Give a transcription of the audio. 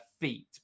feet